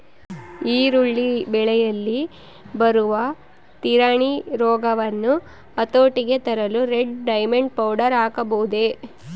ಈರುಳ್ಳಿ ಬೆಳೆಯಲ್ಲಿ ಬರುವ ತಿರಣಿ ರೋಗವನ್ನು ಹತೋಟಿಗೆ ತರಲು ರೆಡ್ ಡೈಮಂಡ್ ಪೌಡರ್ ಹಾಕಬಹುದೇ?